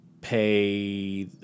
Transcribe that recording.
pay